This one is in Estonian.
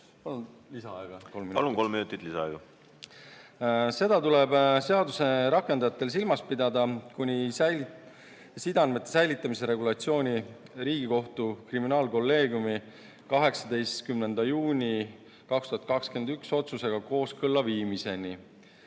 Seda tuleb seaduse rakendajatel silmas pidada kuni sideandmete säilitamise regulatsiooni Riigikohtu kriminaalkolleegiumi 18. juuni 2021. aasta otsusega kooskõlla viimiseni.